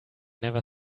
never